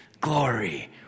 glory